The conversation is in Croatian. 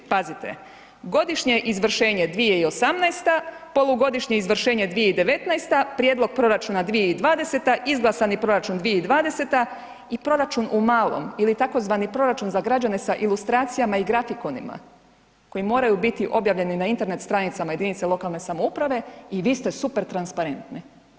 Pazite, godišnje izvršenje 2018., polugodišnje izvršenje 2019., prijedlog proračuna 2020., izglasani proračun 2020. i proračun u malom ili tzv. proračun za građane sa ilustracijama i grafikonima koji moraju biti objavljeni na Internet stranicama jedinica lokalne samouprave i vi ste super transparentni.